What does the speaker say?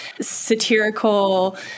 satirical